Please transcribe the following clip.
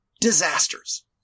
disasters